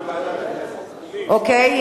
אוקיי.